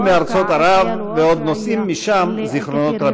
מארצות ערב ועוד נושאים משם זיכרונות רבים.